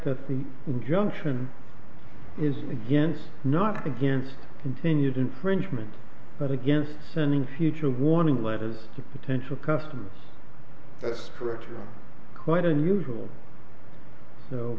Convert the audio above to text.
injunction is against not against continued infringement but against sending future warning letters to potential customers that's correct and quite unusual so